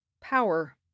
Power